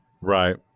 Right